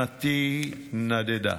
שנתי נדדה.